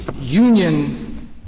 union